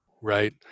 right